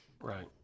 Right